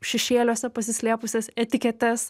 šešėliuose pasislėpusias etiketes